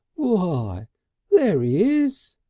why there e is!